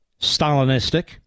Stalinistic